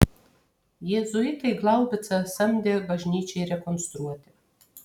jėzuitai glaubicą samdė bažnyčiai rekonstruoti